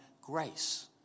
grace